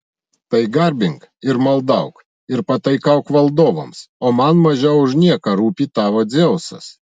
tai garbink ir maldauk ir pataikauk valdovams o man mažiau už nieką rūpi tavo dzeusas